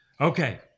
Okay